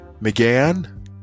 Megan